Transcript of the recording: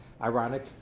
Ironic